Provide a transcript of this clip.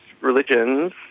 religions